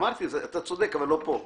אתה צודק, אבל לא פה.